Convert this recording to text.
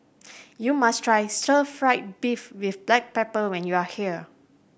you must try stir fried beef with black pepper when you are here